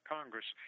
Congress